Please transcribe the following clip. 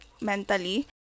mentally